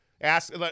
ask